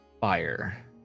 fire